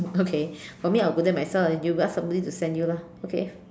okay for me I will go there myself and you go ask somebody to send you lah okay